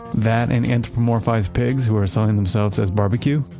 that and anthropomorphised pigs who are selling themselves as barbeque,